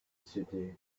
city